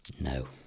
No